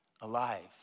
alive